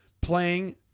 playing